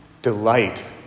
Delight